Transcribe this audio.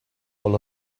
all